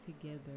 together